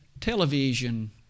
television